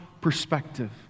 perspective